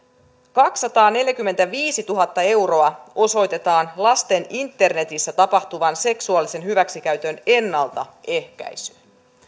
kaksisataaneljäkymmentäviisituhatta euroa osoitetaan internetissä tapahtuvan lasten seksuaalisen hyväksikäytön ennaltaehkäisyyn